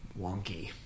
wonky